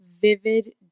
Vivid